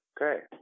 Okay